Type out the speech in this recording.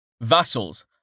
Vassals